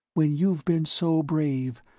when you've been so brave,